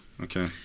Okay